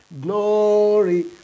Glory